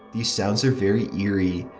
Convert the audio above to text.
these sounds are very eerie,